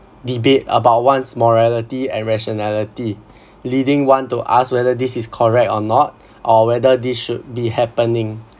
debate about one's morality and rationality leading one to ask whether this is correct or not or whether this should be happening